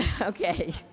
Okay